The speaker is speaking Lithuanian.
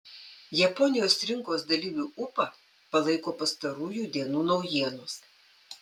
japonijos rinkos dalyvių ūpą palaiko pastarųjų dienų naujienos